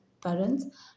parents